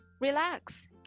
Relax